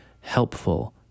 helpful